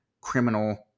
Criminal